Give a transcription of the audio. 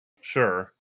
Sure